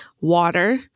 water